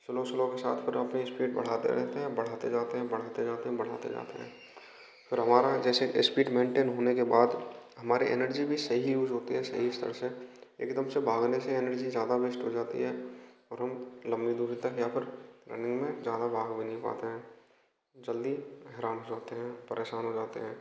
slow slow के साथ फिर हम अपनी इस्पीड बढ़ाते रहते हैं बढ़ाते जाते है बढ़ाते जाते हैं बढ़ाते जाते हैं फिर हमारा जैसे इस्पीड मेन्टेन होने के बाद हमारे एनर्जी भी सही यूज होती है सही स्तर से एकदम से भागने से एनर्जी ज़्यादा वेस्ट हो जाती है और हम लम्बी दूरी तय किया पर रनिंग में ज़्यादा भाग भी नहीं पाते हैं जल्दी हैरान हो जाते हैं परेशान हो जाते हैं